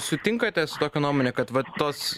sutinkate su tokia nuomone kad tos